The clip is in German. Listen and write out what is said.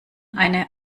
eine